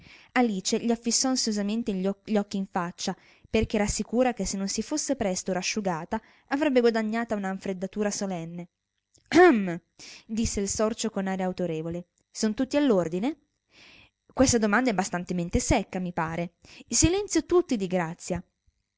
alice gli affisò ansiosamente gli occhi in faccia perchè era sicura che se non si fosse presto rasciugata avrebbe guadagnata una infreddatura solenne hem disse il sorcio con aria autorevole sono tutti all'ordine questa domanda è bastantemente secca mi pare silenzio tutti di grazia